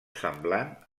semblant